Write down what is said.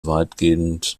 weitgehend